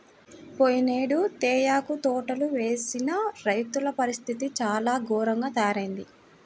పోయినేడు తేయాకు తోటలు వేసిన రైతుల పరిస్థితి చాలా ఘోరంగా తయ్యారయింది